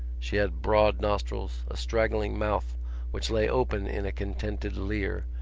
she had broad nostrils, a straggling mouth which lay open in a contented leer,